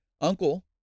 uncle